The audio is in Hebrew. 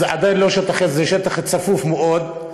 זה שטח צפוף מאוד,